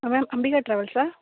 hello Ambika ட்ராவல்ஸா